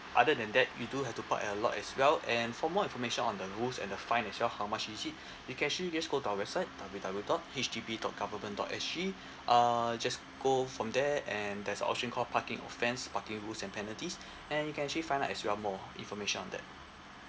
other than that you do have to park at lot as well and for more information on the rules and the fine as well how much is it you can actually just go to our website W W dot H D B dot government dot S G uh just go from there and there's an option call parking offends parking rules and penalties and you can actually find out as well more information on that